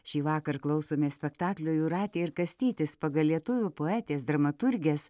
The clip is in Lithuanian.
šįvakar klausomės spektaklio jūratė ir kastytis pagal lietuvių poetės dramaturgės